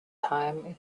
time